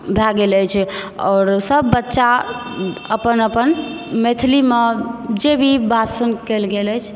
भए गेल अछि आओर सभ बच्चा अपन अपन मैथिलीमऽ जे भी भाषण कयल गेल अछि